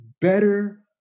better